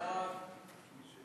חוק